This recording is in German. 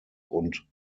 und